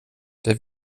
det